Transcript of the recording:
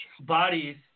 bodies